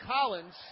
Collins